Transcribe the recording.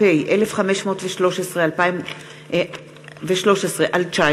מצנע, דוד צור, דב חנין, עליזה